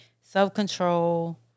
self-control